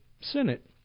Senate